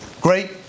Great